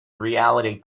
reality